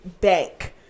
bank